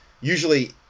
usually